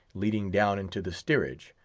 leading down into the steerage,